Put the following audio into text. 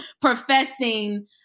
professing